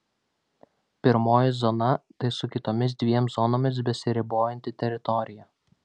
pirmoji zona tai su kitomis dviem zonomis besiribojanti teritorija